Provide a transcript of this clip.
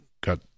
got